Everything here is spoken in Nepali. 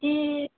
ए